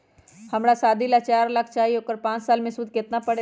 हमरा शादी ला चार लाख चाहि उकर पाँच साल मे सूद कितना परेला?